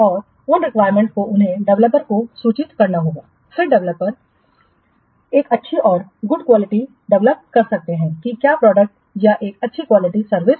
और उन रिक्वायरमेंट्स को उन्हें डेवलपर को सूचित करना होगा फिर केवल डेवलपर्स एक अच्छी और गुड क्वालिटी डेवलप कर सकते हैं कि क्या प्रोडक्ट या एक अच्छी क्वालिटी सर्विस